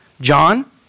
John